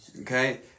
Okay